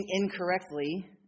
incorrectly